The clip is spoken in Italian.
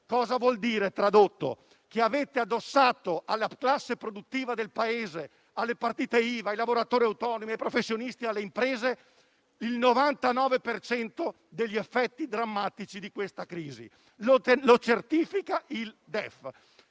Ciò vuol dire che avete addossato alla classe produttiva del Paese, alle partite IVA, ai lavoratori autonomi, ai professionisti e alle imprese, il 99 per cento degli effetti drammatici di questa crisi. Lo certifica il DEF.